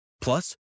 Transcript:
Plus